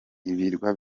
ibirwa